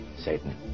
Satan